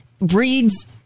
breeds